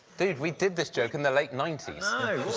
dude, we did this joke in the late ninety